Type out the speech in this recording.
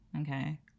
okay